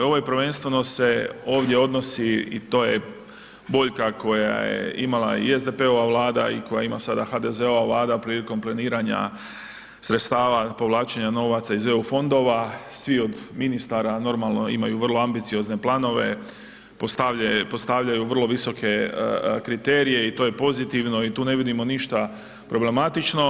Ovo je prvenstveno se ovdje odnosi i to je boljka, koja je imala i SDP-ova vlada i koja ima sad HDZ-ova vlada prilikom planiranja sredstava, povlačenja novaca od EU fondova, svi od ministara normalno imaju vrlo acidozne planove, postavljaju vrlo visoke kriterije i to je pozitivno i tu ne vidimo ništa problematično.